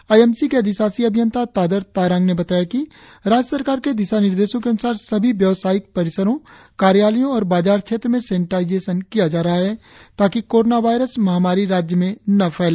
आई M C के अधिशासी अभियंता तादर तारांग ने बताया कि राज्य सरकार के दिशा निर्देशों के अन्सार सभी व्यवसायिक परिसरों कार्यालयों और बाजार क्षेत्र में सेनिटाइजेशन किया जा रहा है ताकि कोरोना वायरस महामारी राज्य पर न फैले